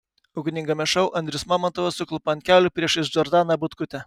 ugningame šou andrius mamontovas suklupo ant kelių priešais džordaną butkutę